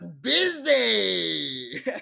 busy